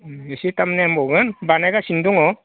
एसे टाइम नांबावगोन बानायगासिनो दङ